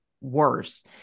worse